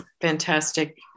fantastic